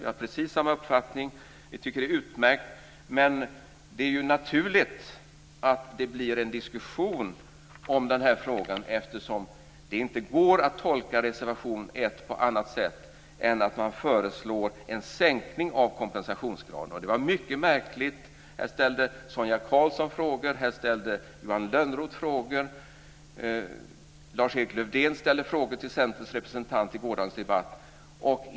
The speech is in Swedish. Vi tycker att det är utmärkt. Men det är naturligt att det blir en diskussion om denna fråga eftersom det inte går att tolka reservation 1 på annat sätt än att man föreslår en sänkning av kompensationsgraden. Det var mycket märkligt. Här ställde Sonia Karlsson frågor. Här ställde Johan Lönnroth frågor. Lars Erik Lövdén ställde frågor till Centerns representant i gårdagens debatt.